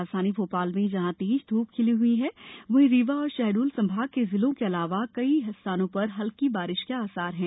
राजधानी भोपाल में जहां तेज धूप खिली हुई है वहीं रीवा और शहडोल संभाग के जिलों के अलावा कई स्थानों पर हल्की बारिश के आसार है